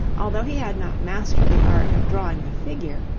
although he had not mastered the art of drawing the figure,